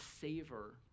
savor